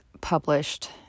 published